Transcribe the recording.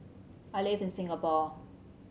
I live in Singapore